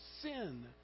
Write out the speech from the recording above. sin